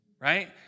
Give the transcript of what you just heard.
right